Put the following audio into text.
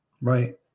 Right